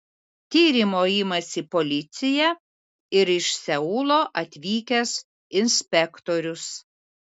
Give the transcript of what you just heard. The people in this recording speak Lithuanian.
tyrimo imasi policija ir iš seulo atvykęs inspektorius